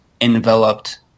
enveloped